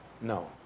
No